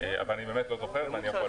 אבל אני באמת לא יודע נתונים